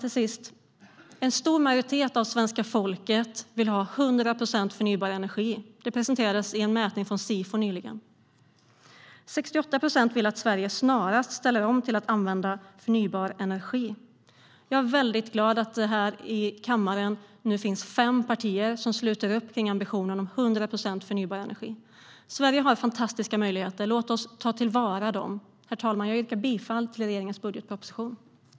Till sist: En stor majoritet av svenska folket vill ha 100 procent förnybar energi. Detta presenterades i en mätning från Sifo nyligen. 68 procent vill att Sverige snarast ställer om till att använda förnybar energi. Jag är mycket glad över att det här i kammaren nu finns fem partier som sluter upp kring ambitionen om 100 procent förnybar energi. Sverige har fantastiska möjligheter. Låt oss ta till vara dem. Herr talman! Jag yrkar bifall till utskottets förslag i betänkandet i enlighet med budgetpropositionen.